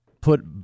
put